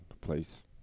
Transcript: place